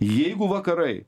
jeigu vakarai